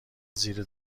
زیر